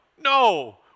No